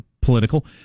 political